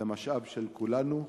זה משאב של כולנו,